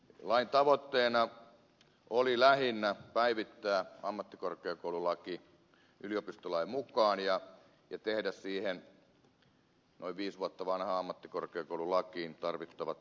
lain tavoitteena oli lähinnä päivittää ammattikorkeakoululaki yliopistolain mukaan ja tehdä siihen noin viisi vuotta vanhaan ammattikorkeakoululakiin tarvittavat tarkennukset